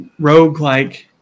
roguelike